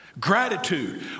Gratitude